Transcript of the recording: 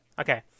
Okay